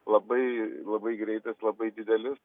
labai labai greitas labai didelis